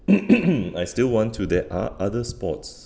I still want to there are other sports